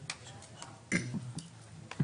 טוב.